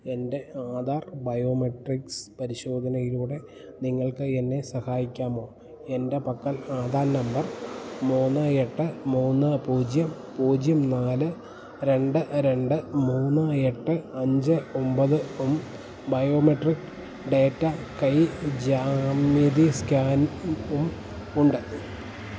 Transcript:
എൻ്റെ ആധാർ ബയോമെട്രിക്സ് പരിശോധനയിലൂടെ നിങ്ങൾക്ക് എന്നെ സഹായിക്കാമോ എൻ്റെ പക്കൽ ആധാർ നമ്പർ മൂന്ന് എട്ട് മൂന്ന് പൂജ്യം പൂജ്യം നാല് രണ്ട് രണ്ട് മൂന്ന് എട്ട് അഞ്ച് ഒമ്പതും ബയോമെട്രിക് ഡേറ്റ കൈ ജ്യാമിതി സ്കാനും ഉണ്ട്